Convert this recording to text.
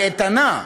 היא איתנה,